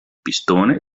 pistone